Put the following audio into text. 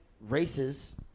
races